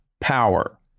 power